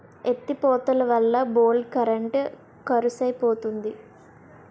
ఎత్తి పోతలవల్ల బోల్డు కరెంట్ కరుసైపోతంది